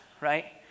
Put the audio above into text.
right